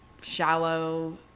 shallow